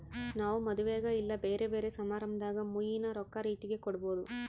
ನಾವು ಮದುವೆಗ ಇಲ್ಲ ಬ್ಯೆರೆ ಬ್ಯೆರೆ ಸಮಾರಂಭದಾಗ ಮುಯ್ಯಿನ ರೊಕ್ಕ ರೀತೆಗ ಕೊಡಬೊದು